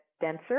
denser